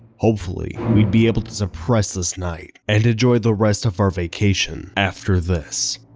hopefully we'd be able to suppress this night and enjoy the rest of our vacation after this.